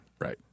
Right